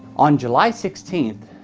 on july sixteen,